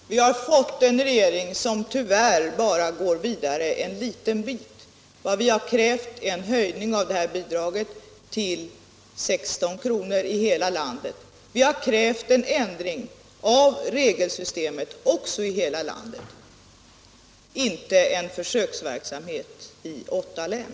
Herr talman! Vi har fått en regering som tyvärr bara går vidare en liten bit. Vad vi har tänkt är en höjning av bidraget till 16 kr. i hela landet. Vi har krävt en ändring av regelsystemet också i hela landet —- inte en försöksverksamhet i åtta län.